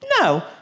No